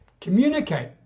Communicate